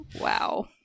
Wow